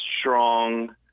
strong